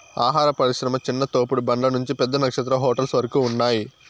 ఆహార పరిశ్రమ చిన్న తోపుడు బండ్ల నుంచి పెద్ద నక్షత్ర హోటల్స్ వరకు ఉన్నాయ్